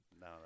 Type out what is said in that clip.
No